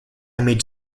made